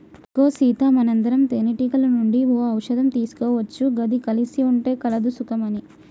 ఇగో సీత మనందరం తేనెటీగల నుండి ఓ ఇషయం తీసుకోవచ్చు గది కలిసి ఉంటే కలదు సుఖం అని